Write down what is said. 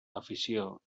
afició